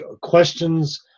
questions